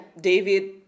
David